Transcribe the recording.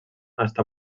està